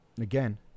Again